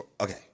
okay